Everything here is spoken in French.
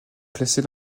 classée